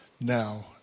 Now